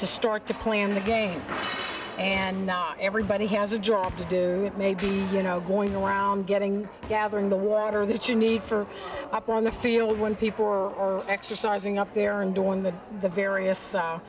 to start to play in the game and not everybody has a job to do maybe you know going around getting gathering the water that you need for up on the field when people or exercising up there and doing that the various